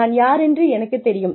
நான் யாரென்று எனக்குத் தெரியும்